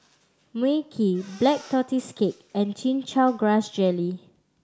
Mui Kee Black Tortoise Cake and Chin Chow Grass Jelly